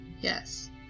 Yes